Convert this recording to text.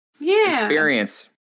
experience